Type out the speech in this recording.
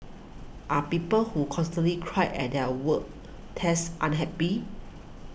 are people who constantly cry at their work desk unhappy